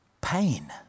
Pain